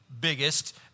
biggest